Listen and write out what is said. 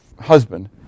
husband